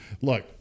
look